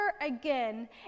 again